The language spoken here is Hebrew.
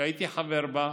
שהייתי חבר בה,